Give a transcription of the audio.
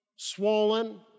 Swollen